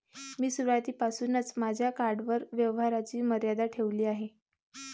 मी सुरुवातीपासूनच माझ्या कार्डवर व्यवहाराची मर्यादा ठेवली आहे